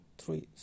three